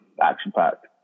action-packed